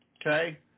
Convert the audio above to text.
okay